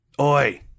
Oi